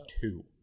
two